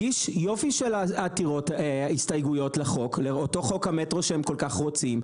הגיש יופי של הסתייגויות לאותו חוק המטרו שהם כל כך רוצים,